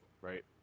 Right